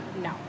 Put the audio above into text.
No